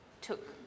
took